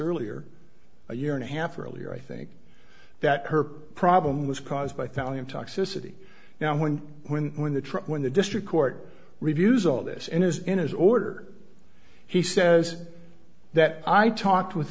earlier a year and a half earlier i think that her problem was caused by family and toxicity now when when when the trip when the district court reviews all this in his in his order he says that i talked with